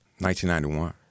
1991